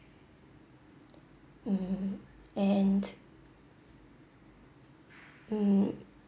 mm and mm